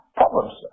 problems